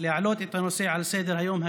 להעלות את הנושא על סדר-היום הציבורי,